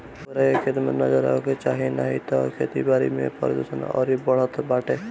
पुअरा के, खेत में ना जरावे के चाही नाही तअ खेती बारी में प्रदुषण अउरी बढ़त बाटे